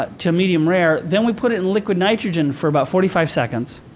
ah to a medium rare. then we put it in liquid nitrogen for about forty five seconds.